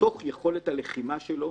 ובתוך יכולת הלחימה שלו,